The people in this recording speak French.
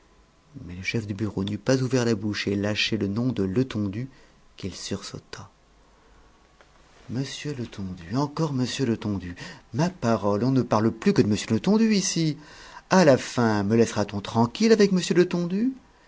mais le chef de bureau n'eut pas ouvert la bouche et lâché le nom de letondu qu'il sursauta m letondu encore m letondu ma parole on ne parle plus que de m letondu ici à la fin me laissera t on tranquille avec m letondu